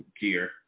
gear